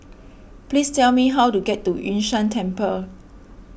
please tell me how to get to Yun Shan Temple